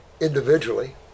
individually